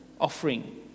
offering